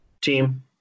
team